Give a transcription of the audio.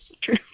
True